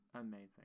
Amazing